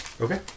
Okay